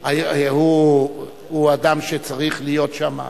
הוא אדם שצריך להיות שם.